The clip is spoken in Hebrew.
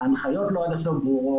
הנחיות לא עד הסוף ברורות,